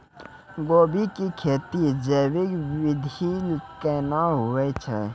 गोभी की खेती जैविक विधि केना हुए छ?